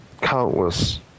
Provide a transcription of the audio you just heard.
countless